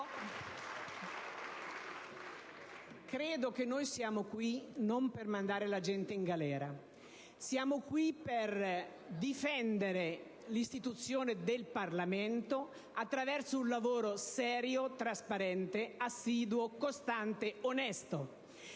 Credo che noi siamo qui non per mandare la gente in galera. Siamo qui per difendere l'istituzione Parlamento attraverso un lavoro serio, trasparente, assiduo, costante, onesto.